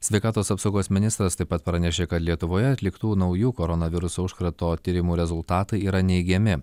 sveikatos apsaugos ministras taip pat pranešė kad lietuvoje atliktų naujų koronaviruso užkrato tyrimų rezultatai yra neigiami